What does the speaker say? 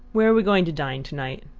where are we going to dine to-night?